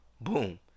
boom